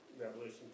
Revolution